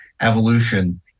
evolution